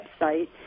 website